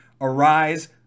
Arise